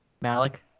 Malik